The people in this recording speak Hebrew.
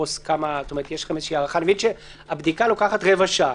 הבדיקה לוקחת רבע שעה.